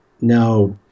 now –